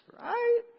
right